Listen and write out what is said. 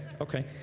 okay